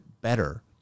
better